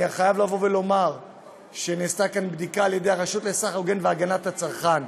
אני חייב לומר שנעשתה כאן בדיקה על ידי הרשות לסחר הוגן והגנת הצרכן,